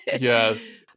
Yes